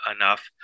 enough